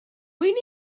need